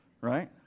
right